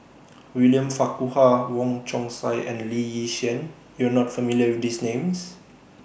William Farquhar Wong Chong Sai and Lee Yi Shyan YOU Are not familiar with These Names